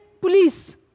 police